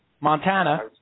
Montana